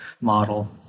model